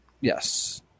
Yes